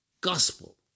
gospel